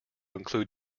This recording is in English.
include